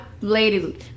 lady